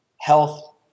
health